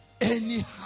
anyhow